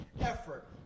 effort